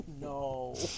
No